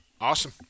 Awesome